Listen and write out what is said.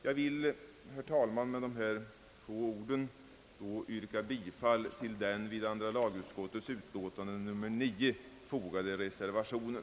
Jag vill, herr talman, med dessa ord yrka bifall till den vid andra lagutskottets utlåtande nr 9 fogade reservationen.